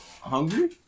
Hungry